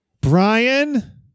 Brian